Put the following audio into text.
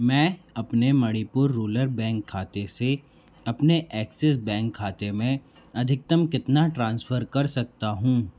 मैं अपने Manipur rural bank खाते से अपने एक्सिस बैंक खाते में अधिकतम कितना ट्रांसफ़र कर सकता हूँ